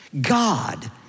God